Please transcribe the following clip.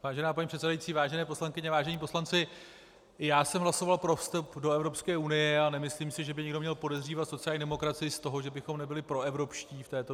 Vážená paní předsedající, vážené poslankyně, vážení poslanci, i já jsem hlasoval pro vstup do Evropské unie a nemyslím si, že by někdo měl podezřívat sociální demokracii z toho, že bychom nebyli proevropští v této věci.